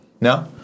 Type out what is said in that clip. No